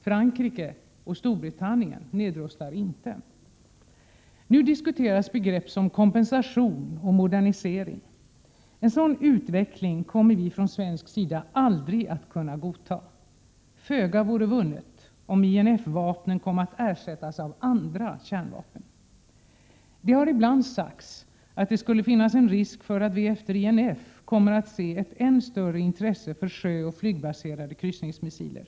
Frankrike och Storbritannien nedrustar inte. Nu diskuteras begrepp som kompensation och modernisering. En sådan utveckling kommer vi från svensk sida aldrig att kunna godta. Föga vore vunnet om INF-vapnen kom att ersättas av andra kärnvapen. Det har ibland sagts att det skulle finnas en risk för att vi efter INF kommer att se ett än större intresse för sjöoch flygbaserade kryssningsmissiler.